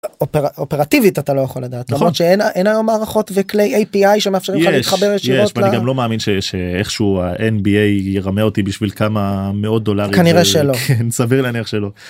אופרטיבית אתה לא יכול לדעת, למרות שאין היום מערכות וכלי api שמאפשרים לך להתחבר ישירות ל... יש, יש, ואני גם לא מאמין שאיכשהו ה-nba ירמה אותי בשביל כמה מאות דולרים... כנראה שלא. סביר להניח שלא.